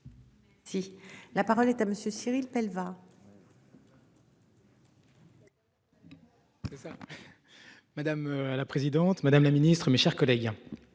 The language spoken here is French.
la parole est à monsieur Cyrille va. C'est ça. Madame la présidente Madame la Ministre, mes chers collègues.